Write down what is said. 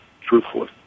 truthfully